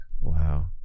Wow